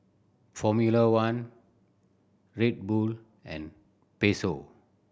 Formula One Red Bull and Pezzo